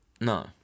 No